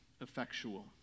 effectual